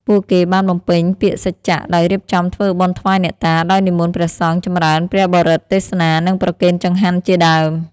ពួកគេបានបំពេញពាក្យសច្ចៈដោយរៀបចំធ្វើបុណ្យថ្វាយអ្នកតា ដោយនិមន្តព្រះសង្ឃចម្រើនព្រះបរិត្ត ទេសនា និងប្រគេនចង្ហាន់ជាដើម ។